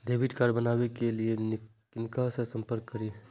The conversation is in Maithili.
डैबिट कार्ड बनावे के लिए किनका से संपर्क करी?